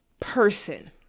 person